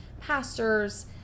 pastors